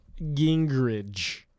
Gingrich